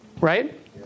Right